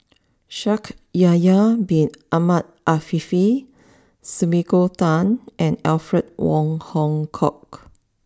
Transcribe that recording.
Shaikh Yahya Bin Ahmed Afifi Sumiko Tan and Alfred Wong Hong Kwok